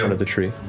sort of the tree.